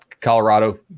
Colorado